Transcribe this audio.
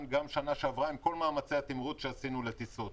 גם בשנה שעברה עם כל המאמץ שעשינו בטיסות.